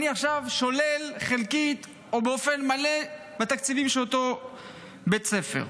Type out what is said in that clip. עכשיו אני שולל חלקית או באופן מלא את התקציבים של אותו בית ספר.